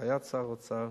בהנחיית שר האוצר,